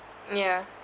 ya